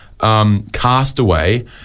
Castaway